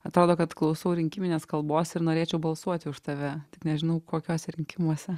atrodo kad klausau rinkiminės kalbos ir norėčiau balsuoti už tave tik nežinau kokiuose rinkimuose